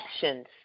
actions